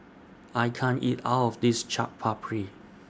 I can't eat All of This Chaat Papri